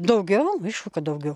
daugiau aišku kad daugiau